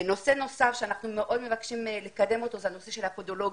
נושא נוסף שאנחנו מאוד מבקשים לקדם אותו זה הנושא של הפדולוגים.